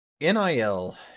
NIL